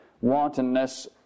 wantonness